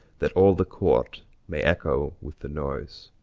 that all the court may echo with the noise.